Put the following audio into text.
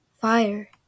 fire